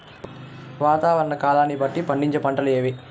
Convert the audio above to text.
వాతావరణ కాలాన్ని బట్టి పండించే పంటలు ఏవి?